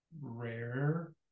rare